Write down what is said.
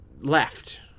left